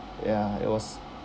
ya it was